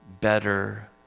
better